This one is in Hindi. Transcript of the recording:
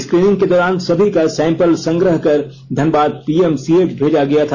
स्कीनिंग के दौरान सभी का सैंपल संग्रह कर धनबाद पीएमसीएच भेजा गया था